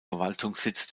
verwaltungssitz